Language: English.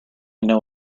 know